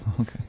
Okay